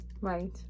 right